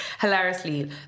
hilariously